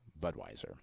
Budweiser